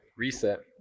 reset